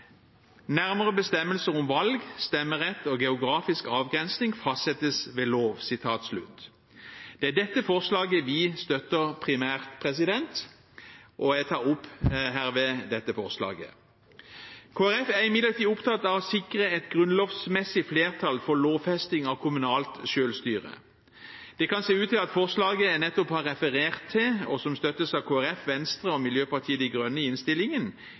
Nærmere bestemmelser om valg, stemmerett og geografisk avgrensning fastsettes ved lov.» Det er dette forslaget vi støtter primært, og jeg tar herved opp dette forslaget. Kristelig Folkeparti er imidlertid opptatt av å sikre et grunnlovsmessig flertall for lovfesting av kommunalt selvstyre. Det kan se ut til at forslaget jeg nettopp har referert til, og som støttes av Kristelig Folkeparti, Venstre og Miljøpartiet De Grønne i innstillingen,